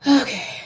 Okay